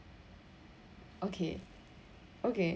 okay okay